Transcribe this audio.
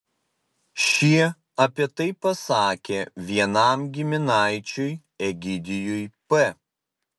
šie apie tai pasakė vienam giminaičiui egidijui p